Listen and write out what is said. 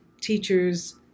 teachers